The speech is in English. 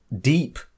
deep